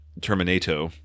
Terminator